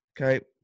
Okay